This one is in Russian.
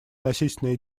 насильственные